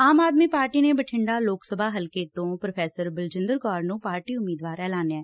ਆਮ Aadmi party ਨੇ ਬਠਿੰਡਾ ਲੋਕ ਸਭਾ ਹਲਕੇ ਤੋਂ ਪ੍ਰੋਫੈਸਰ ਬਲਜਿੰਦਰ ਕੌਰ ਨੂੰ ਪਾਰਟੀ ਉਮੀਦਵਾਰ ਐਲਾਨਿਆ